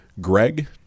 Greg